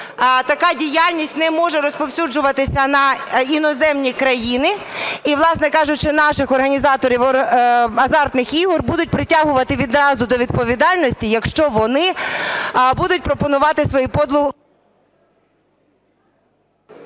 така діяльність не може розповсюджуватися на іноземні країни, і, власне кажучи, наших організаторів азартних ігор будуть притягувати відразу до відповідальності, якщо вони будуть пропонувати свою… Веде